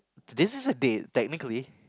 this is a date technically